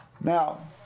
Now